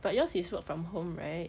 but yours is work from home right